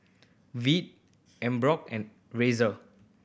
Veet Emborg and Razer